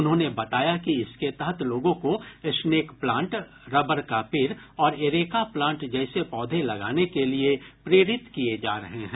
उन्होंने बताया कि इसके तहत लोगों को स्नेक प्लांट रबर का पेड़ और एरेका प्लांट जैसे पौधे लगाने के लिए प्रेरित किये जा रहे हैं